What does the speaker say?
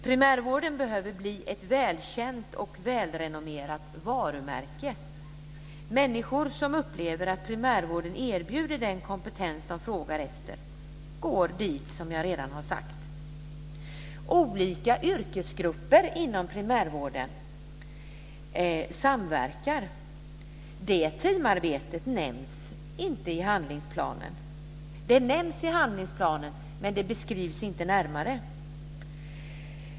Primärvården behöver bli ett välkänt och välrenommerat varumärke. Människor som upplever att primärvården erbjuder den kompetens de frågar efter går dit, som jag redan har sagt. Olika yrkesgrupper inom primärvården samverkar. Det teamarbetet nämns i handlingsplanen, men det beskrivs inte närmare.